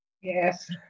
Yes